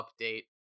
Update